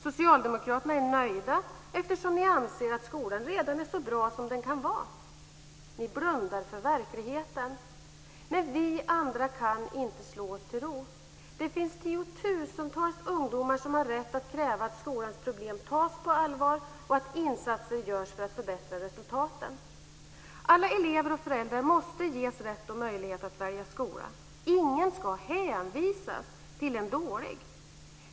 Socialdemokraterna är nöjda eftersom de anser att skolan redan är så bra som den kan vara. Ni blundar för verkligheten. Men vi andra kan inte slå oss till ro. Det finns tiotusentals ungdomar som har rätt att kräva att skolans problem tas på allvar och att insatser görs för att förbättra resultaten. Alla elever och föräldrar måste ges rätt och möjlighet att välja skola. Ingen ska hänvisas till en dålig skola.